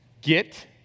get